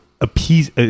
appease